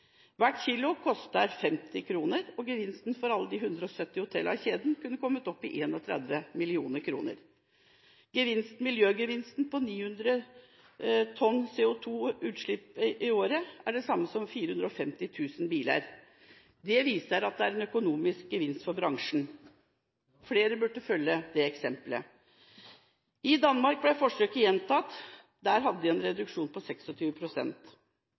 Hvert kilo koster 50 kr, og gevinsten for alle de 170 hotellene i kjeden kunne kommet opp i 31 mill. kr. Miljøgevinsten på 900 tonn CO2-utslipp i året er det samme som 450 000 biler. Det viser at det er en økonomisk gevinst for bransjen. Flere burde følge det eksempelet. I Danmark ble forsøket gjentatt. Der hadde man en reduksjon på